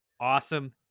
Awesome